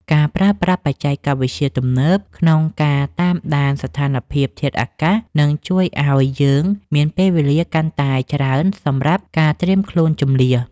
ការប្រើប្រាស់បច្ចេកវិទ្យាទំនើបក្នុងការតាមដានស្ថានភាពធាតុអាកាសនឹងជួយឱ្យយើងមានពេលវេលាកាន់តែច្រើនសម្រាប់ការត្រៀមខ្លួនជម្លៀស។